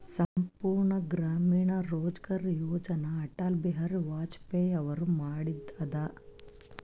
ಸಂಪೂರ್ಣ ಗ್ರಾಮೀಣ ರೋಜ್ಗಾರ್ ಯೋಜನ ಅಟಲ್ ಬಿಹಾರಿ ವಾಜಪೇಯಿ ಅವರು ಮಾಡಿದು ಅದ